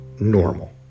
normal